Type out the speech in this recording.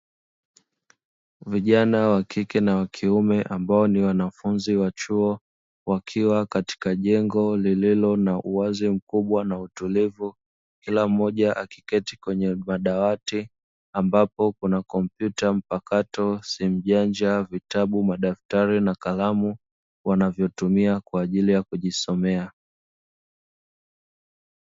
Vijana wakike na wakiume ambao ni wanafunzi wa chuo wakiwa katika jengo lililo na uwazi mkubwa na utulivu kila mmoja akiketii kwenye dawati ampapo kuna kompyuta mpakato, simu janja, vitabu, madaftari na kalamu wanvyotumia kwa ajili ya kujisomea.